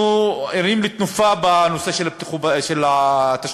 אנחנו ערים לתנופה בנושא של תשתיות.